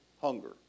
hunger